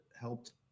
helped